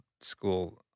school